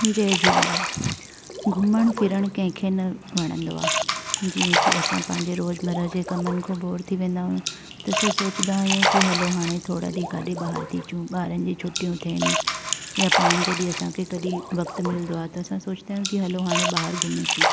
जय झूलेलाल घुमणु फिरणु कंहिंखे न वणंदो आहे जीअं की असां पंहिंजे रोज़मरह जी जे कमनि जो बोर थी वेंदाऊं त असां सोचंदा आहियूं की हलो हाणे थोरा ॾींहं काॾे ॿाहिरि थी अचूं ॿारनि जी छुट्टियूं थियनि या पाण जॾहिं असांखे कॾहिं वक़्तु मिलंदो आहे त असां सोचंदा आहियूं की हलो हाणे ॿाहिरि घुमी अचूं